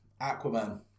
Aquaman